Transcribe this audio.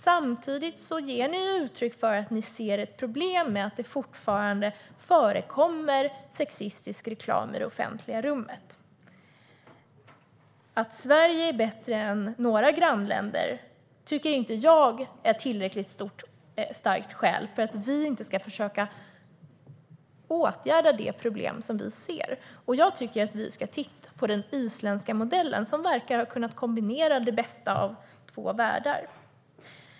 Samtidigt ger ni uttryck för att ni ser ett problem med att det fortfarande förekommer sexistisk reklam i det offentliga rummet. Att Sverige är bättre än några grannländer tycker inte jag är ett tillräckligt starkt skäl att inte försöka åtgärda de problem vi ser. Jag tycker att vi ska titta på den isländska modellen, som verkar ha kunnat kombinera det bästa av två världar.